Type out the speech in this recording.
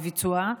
בביצוע,